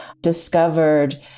discovered